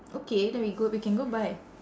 okay then we go we can go buy